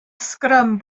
sgrym